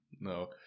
No